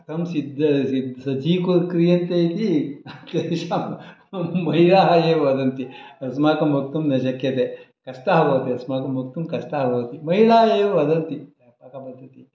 कथं सज्जी क्रियन्ते इति तेषां महिलाः एव वदन्ति अस्माकं वक्तुं न शक्यते कष्टः भवति अस्माकं वक्तुं कष्टः भवति महिलाः एव वदन्ति अतः